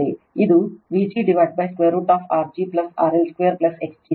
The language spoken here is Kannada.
ಇದು Vg√R g RL2 x g 2